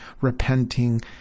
repenting